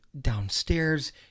downstairs